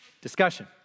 discussion